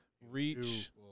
Reach